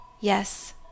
Yes